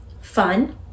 fun